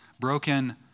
broken